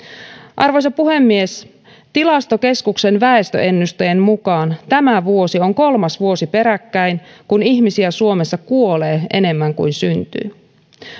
arvoisa puhemies tilastokeskuksen väestöennusteen mukaan tämä vuosi on kolmas vuosi peräkkäin kun ihmisiä suomessa kuolee enemmän kuin syntyy